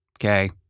Okay